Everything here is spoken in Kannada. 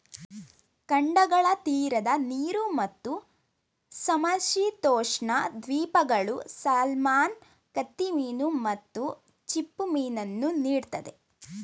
ಖಂಡಗಳ ತೀರದ ನೀರು ಮತ್ತು ಸಮಶೀತೋಷ್ಣ ದ್ವೀಪಗಳು ಸಾಲ್ಮನ್ ಕತ್ತಿಮೀನು ಮತ್ತು ಚಿಪ್ಪುಮೀನನ್ನು ನೀಡ್ತದೆ